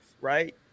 right